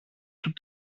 του